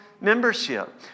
membership